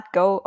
go